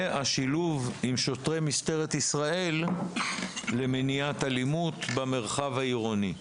והשילוב עם שוטרי משטרת ישראל למניעת אלימות במרחב העירוני.